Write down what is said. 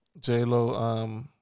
J-Lo